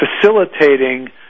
facilitating